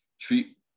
treat